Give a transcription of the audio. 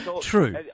True